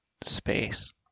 space